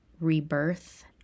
rebirth